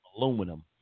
aluminum